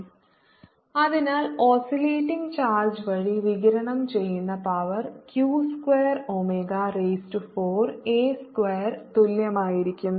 Sq2a21620c3sin2r2 ad2xdt2 2Asinωt അതിനാൽ oscillating charge വഴി വികിരണം ചെയ്യുന്ന power q square omega raise to 4 a square തുല്യമായിരിക്കും